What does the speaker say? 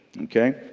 Okay